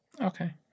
Okay